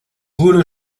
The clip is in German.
wurde